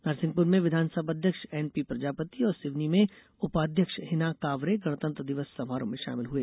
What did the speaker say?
नरसिंहपुर मे विधानसभा अध्यक्ष एनपीप्रजापति और सिवनी में उपाध्यक्ष हिना कांवरे गणतंत्र दिवस समारोह में शामिल हुए